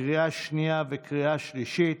קריאה שנייה וקריאה שלישית.